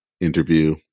interview